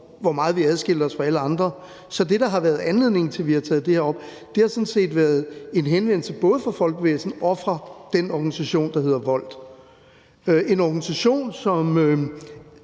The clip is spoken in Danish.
hvor meget vi adskiller os fra alle andre lande, så er det, der har været anledningen til, at vi har taget det her op, sådan set en henvendelse både fra Folkebevægelsen mod EU og fra den organisation, der hedder Volt. Det er en organisation, som